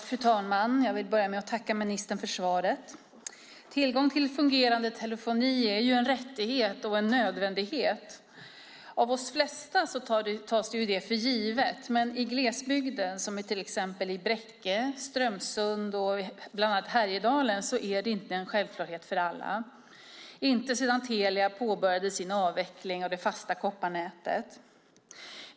Fru talman! Jag vill börja med att tacka ministern för svaret. Tillgång till fungerande telefoni är en rättighet och en nödvändighet. Av oss flesta tas det för givet, men i glesbygden, till exempel i Bräcke, Strömsund och Härjedalen, är det inte en självklarhet för alla, inte sedan Telia påbörjade sin avveckling av det fasta kopparnätet.